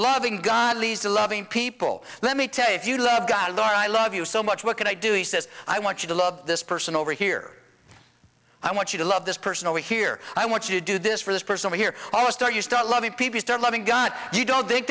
loving god lisa loving people let me tell you if you love god or i love you so much what can i do he says i want you to love this person over here i want you to love this person over here i want you to do this for this person here our star you start loving people start loving god you don't